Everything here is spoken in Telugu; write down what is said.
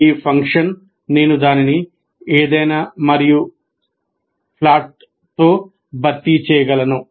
ఈ ఫంక్షన్ నేను దానిని ఏదైనా మరియు ప్లాట్తో భర్తీ చేయగలను